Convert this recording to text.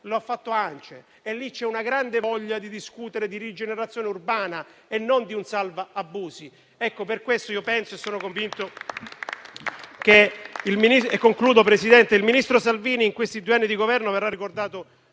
ha fatto l'ANCE; lì c'è una grande voglia di discutere di rigenerazione urbana e non di un salva abusi.